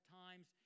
times